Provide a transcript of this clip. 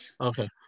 okay